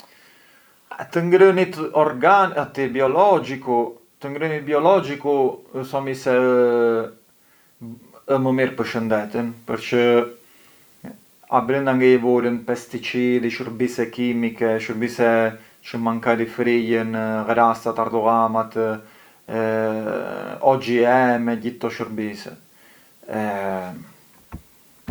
Të ngrënit orga… ati biologicu, të ngrënit biologicu, thomi se ë… ë më mirë për shëndetën, përçë abrënda ngë i vurën pesticidi, shurbise chimiche, shurbise çë mankari frijën, ghrasta të ardullamat, O.G.M e gjithë këto shurbise e…